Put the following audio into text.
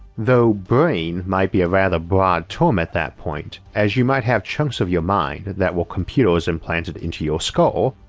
though brain might be a rather broad term at that point as you might have chunks of your mind that were computers implanted into your skull,